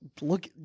look